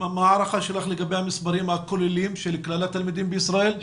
לגבי המספרים הכוללים של כלל התלמידים בישראל?